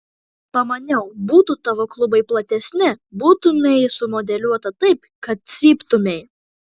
pamaniau būtų tavo klubai platesni būtumei sumodeliuota taip kad cyptumei